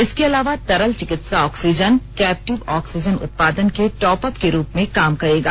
इसके अलावा तरल चिकित्सा ऑक्सीजन कैप्टिव ऑक्सीजन उत्पादन के े टॉप अप के रूप में काम करेगा